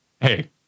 hey